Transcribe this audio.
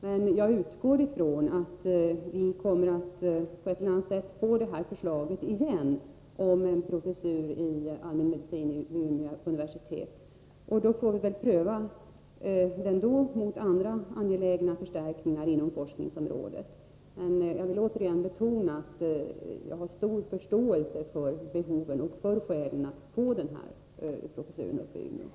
Men jag utgår från att vi kommer att på ett eller annat sätt återigen få upp det här förslaget om en allmänmedicinsk professur i Umeå, och då får vi väl pröva saken och göra en avvägning i förhållande till andra angelägna förstärkningar inom forskningsområdet. Jag vill än en gång betona att jag har stor förståelse för behoven och för skälen att få denna professur uppe i Umeå.